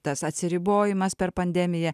tas atsiribojimas per pandemiją